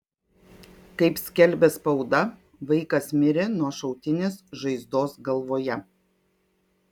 kaip skelbia spauda vaikas mirė nuo šautinės žaizdos galvoje